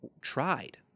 tried